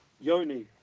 Yoni